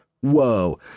whoa